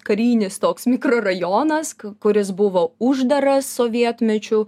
karinis toks mikrorajonas kuris buvo uždaras sovietmečiu